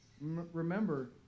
remember